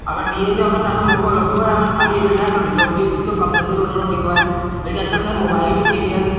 अगरि ॾींहं जा अगरि तव्हांखे मौक़ो लॻंदो आहे अगरि ख़ाली वेठा आहियो त ॾिसो भई ॾिसो कमु धंधे में वञिणो पवंदो आहे लेकिनि अॼुकल्ह छाहे मोबाइल बि अची विया आहिनि